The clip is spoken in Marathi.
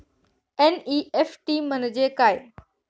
एन.ई.एफ.टी म्हणजे काय?